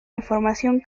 información